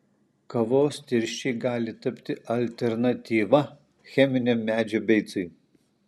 kavos tirščiai gali tapti alternatyva cheminiam medžio beicui